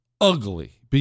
ugly